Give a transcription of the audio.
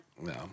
No